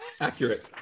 Accurate